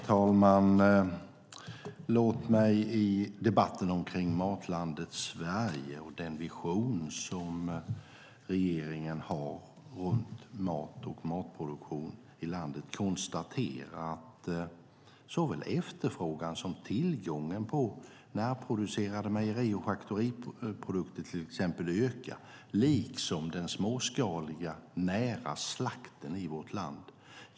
Herr talman! Låt mig i debatten om Matlandet Sverige och den vision regeringen har om mat och produktion av mat i landet konstatera att såväl efterfrågan som tillgången på närproducerade mejeri och slakteriprodukter ökar liksom den småskaliga nära slakten.